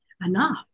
enough